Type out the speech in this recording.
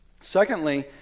Secondly